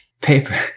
Paper